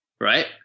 right